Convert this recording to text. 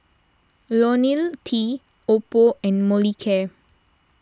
Ionil T Oppo and Molicare